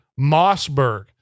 Mossberg